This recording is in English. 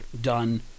done